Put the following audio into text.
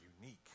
unique